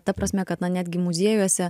ta prasme kad na netgi muziejuose